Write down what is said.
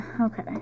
Okay